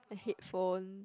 a headphone